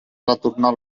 retornar